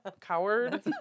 coward